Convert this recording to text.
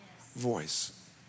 voice